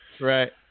Right